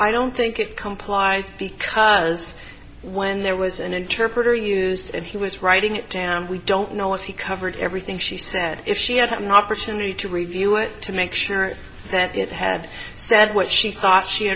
i don't think it complies because when there was an interpreter used and he was writing it down we don't know if he covered everything she said if she had had an opportunity to review it to make sure that it had said what she thought she